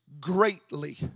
greatly